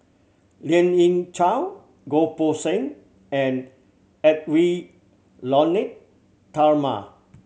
Lien Ying Chow Goh Poh Seng and Edwy Lyonet Talma